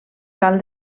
cal